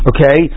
Okay